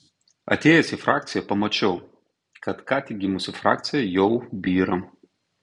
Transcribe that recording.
atėjęs į frakciją pamačiau kad ką tik gimusi frakcija jau byra